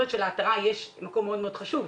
להרתעה יש מקום מאוד חשוב,